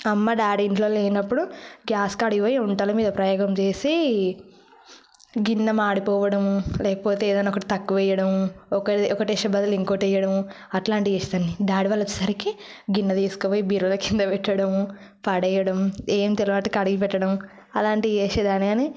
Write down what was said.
అమ్మ డాడీ ఇంట్లో లేనప్పుడు గ్యాస్ కాడికి పోయి వంటలు మీద ప్రయోగం చేసి గిన్నె మాడిపోవడం లేకపోతే ఏదన్నా ఒకటి తక్కువ వేయడం ఒకటి వేసే బదులు ఇంకోటి వేయడం అట్లాంటివి చేసేదాన్ని డాడీ వాళ్ళు వచ్చేసరికి గిన్నె తీసుకుపోయి బీరువాలో కింద పెట్టడం పడెయడం ఎం తెలవనట్టు కడిగి పెట్టడం అలాంటిది చేసేదాన్ని కానీ